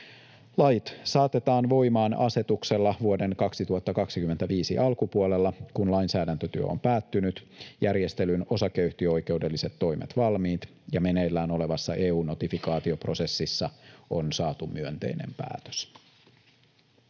Lait saatetaan voimaan asetuksella vuoden 2025 alkupuolella, kun lainsäädäntötyö on päättynyt, järjestelyn osakeyhtiöoikeudelliset toimet valmiit ja meneillään olevassa EU-notifikaatioprosessissa on saatu myönteinen päätös.